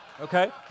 okay